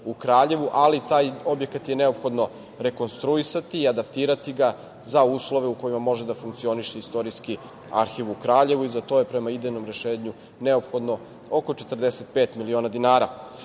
ali taj objekat je neophodno rekonstruisati i adaptirati ga za uslove u kojima može da funkcioniše Istorijski arhiv u Kraljevu i za to je, prema idejnom rešenju, neophodno oko 45 miliona